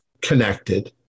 connected